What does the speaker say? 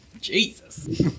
Jesus